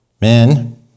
men